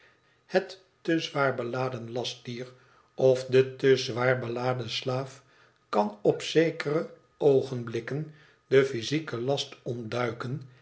het te zwaar beladen lastdierof de te zwaar beladen slaaf kan op zekere oogenblikken den physieken last ontduiken